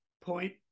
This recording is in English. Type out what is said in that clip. point